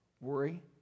Worry